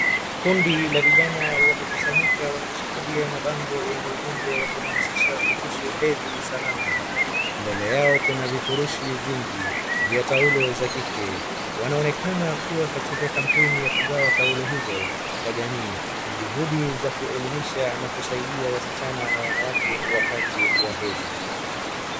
Kundi la vijana wamekusanyika wakishikilia mabango yenye ujumbe wa kuhamasisha kuhusu hedhi salama. Mbele yao kuna vifurushi vingi, vya taulo za kike. Wanaonekana kuwa katika kampeni ya kugawa taulo hizo Kwa jamii. Ni juhudi za kuelimisha na kusaidia wasichana na wanawake wakati wa hedhi.